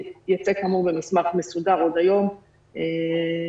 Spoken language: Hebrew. ייצא כאמור במסמך מסודר עוד היום למערכת.